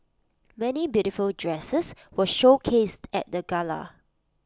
many beautiful dresses were showcased at the gala